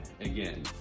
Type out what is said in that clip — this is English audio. again